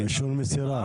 מסירה.